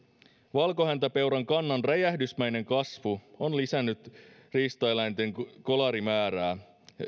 valkohäntäpeuran kannan räjähdysmäinen kasvu on lisännyt riistaeläinten kolarimääriä